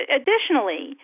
additionally